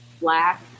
black